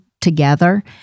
together